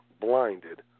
blinded